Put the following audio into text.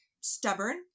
stubborn